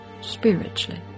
spiritually